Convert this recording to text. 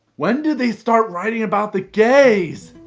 when did they start writing about the gays?